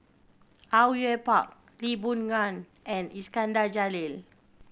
Au Yue Pak Lee Boon Ngan and Iskandar Jalil